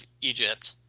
Egypt